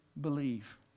believe